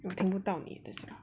我听不到你的声音